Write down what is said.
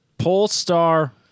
Polestar